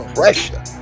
pressure